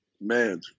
man